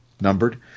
numbered